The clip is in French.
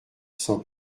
sans